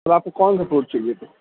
سر آپ کو کون سا فروٹ چاہیے تو